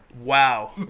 Wow